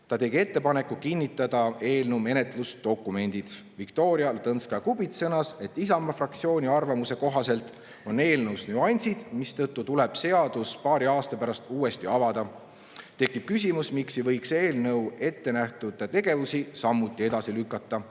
Ta tegi ettepaneku kinnitada eelnõu menetlusdokumendid. Viktoria Ladõnskaja-Kubits sõnas, et Isamaa fraktsiooni arvamuse kohaselt on eelnõus [teatavad] nüansid, mistõttu tuleb seadus paari aasta pärast uuesti avada. Tekib küsimus, miks ei võiks eelnõuga ettenähtud tegevusi samuti edasi lükata.